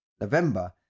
november